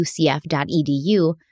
UCF.edu